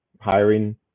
hiring